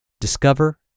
Discover